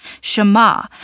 Shema